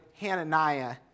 Hananiah